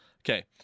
okay